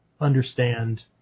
understand